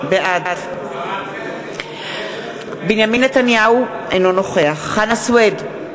בעד בנימין נתניהו, אינו נוכח חנא סוייד,